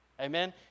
amen